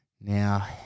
now